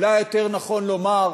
אולי יותר נכון לומר: